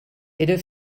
era